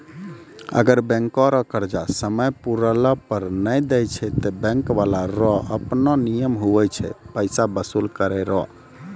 अगर बैंको रो कर्जा समय पुराला पर नै देय छै ते बैंक बाला रो आपनो नियम हुवै छै पैसा बसूल करै रो